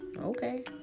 okay